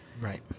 Right